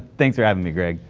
thanks for having me greg.